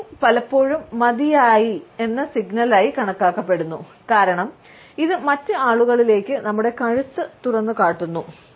tilting പലപ്പോഴും 'മതിയായ' സിഗ്നലായി കണക്കാക്കപ്പെടുന്നു കാരണം ഇത് മറ്റ് ആളുകളിലേക്ക് നമ്മുടെ കഴുത്ത് തുറന്നുകാട്ടുന്നു